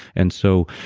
and so,